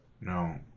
No